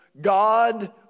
God